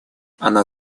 она